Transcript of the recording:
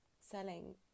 selling